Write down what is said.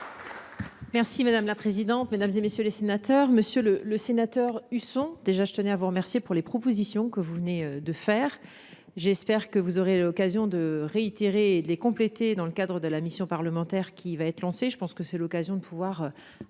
Merci madame la présidente, mesdames et messieurs les sénateurs, Monsieur le le sénateur Husson déjà je tenais à vous remercier pour les propositions que vous venez de faire. J'espère que vous aurez l'occasion de réitérer et de les compléter dans le cadre de la mission parlementaire qui va être lancée. Je pense que c'est l'occasion de pouvoir